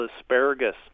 Asparagus